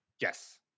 yes